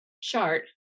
chart